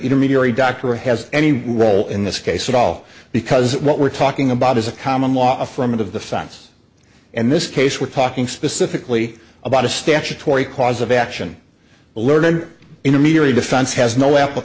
intermediary doctor has any role in this case at all because what we're talking about is a common law a form of the fans and this case we're talking specifically about a statutory cause of action learned intermediary defense has no apple